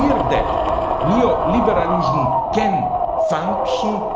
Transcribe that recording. sort of that neoliberalism can function.